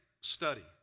study